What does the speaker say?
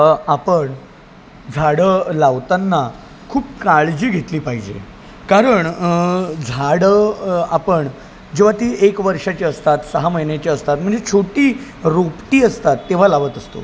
आपण झाडं लावताना खूप काळजी घेतली पाहिजे कारण झाडं आपण जेव्हा ती एक वर्षाची असतात सहा महिन्याची असतात म्हणजे छोटी रोपटी असतात तेव्हा लावत असतो